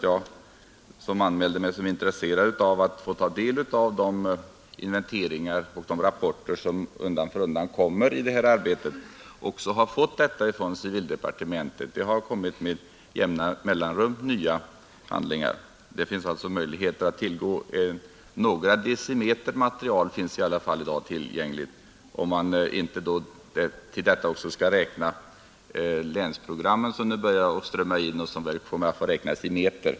Jag anmälde mig som intresserad av att få ta del av de inventeringar och rapporter som undan för undan kommer i det här arbetet, och jag har med jämna mellanrum fått nya handlingar från civildepartementet. Några decimeter material finns alltså i alla fall tillgängliga i dag, om man inte också till detta skall räkna länsprogrammen, som nu börjar strömma in och som väl får räknas i meter.